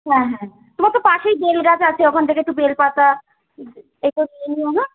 হ্যাঁ হ্যাঁ তোমার তো পাশেই বেল গাছ আছে ওখান থেকে একটু বেল পাতা একটু নিয়ে নিও হ্যাঁ